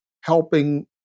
helping